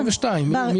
ב-2022.